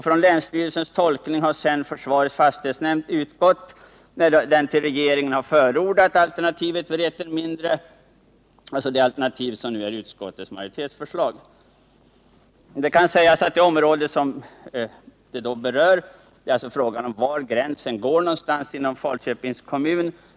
Från länsstyrelsens tolkning har sedan försvarets fastighetsnämnd utgått när den hos regeringen förordat alternativet Vreten mindre, alltså det alternativ som nu är utskottets majoritetsförslag. Det är således fråga om var gränsen går inom Falköpings kommun.